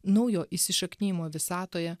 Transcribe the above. naujo įsišaknijimo visatoje